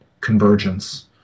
convergence